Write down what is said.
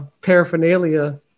paraphernalia